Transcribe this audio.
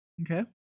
Okay